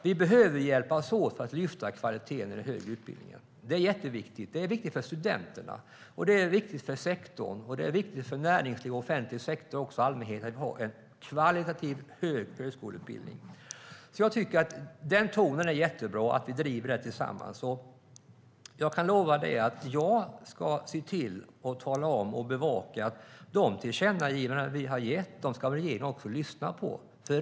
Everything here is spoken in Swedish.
Vi behöver hjälpas åt för att lyfta upp kvaliteten i den högre utbildningen. Det är viktigt för studenterna, för sektorn, för näringslivet, för den offentliga sektorn och för allmänheten att högskoleutbildningen är av hög kvalitet. Det är bra att vi driver den tonen tillsammans. Jag kan lova att jag ska bevaka att regeringen lyssnar på våra tillkännagivanden.